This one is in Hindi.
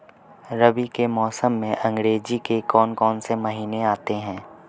रबी के मौसम में अंग्रेज़ी के कौन कौनसे महीने आते हैं?